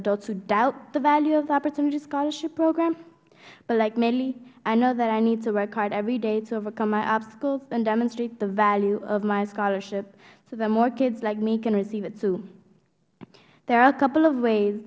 adults who doubt the value of the opportunity scholarship program but like milly i know that i need to work hard every day to overcome my obstacles and demonstrate the value of my scholarship so that more kids like me can receive it too there are a couple of ways